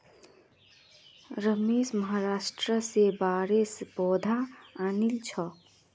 रमेश महाराष्ट्र स बांसेर पौधा आनिल छ